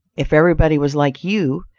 if everybody was like you,